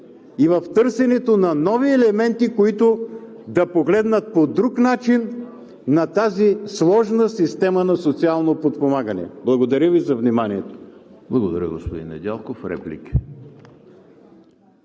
и в търсенето на нови елементи, които да погледнат по друг начин на тази сложна система на социално подпомагане. Благодаря Ви за вниманието. ПРЕДСЕДАТЕЛ ЕМИЛ ХРИСТОВ: Благодаря, господин Недялков. Реплики?